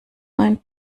ein